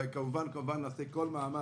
וכמובן, נעשה כל מאמץ,